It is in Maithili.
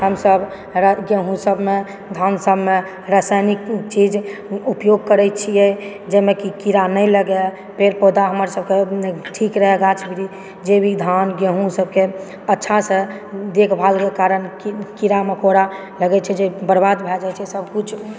हमसब गेहूॅं सबमे धान सबमे रासायनिक चीज उपयोग करै छियै जाहिमे कि कीड़ा नहि लागय पेड़ पौधा हमर सबके ठीक रही गाछ वृक्ष जे भी धान गेहूॅं सबकेँ अच्छासँ देखभाल होइके कारण कीड़ा मकोड़ा लागै छै जे बर्बाद भऽ जाइ छै सब किछु